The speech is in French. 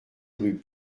rue